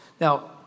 Now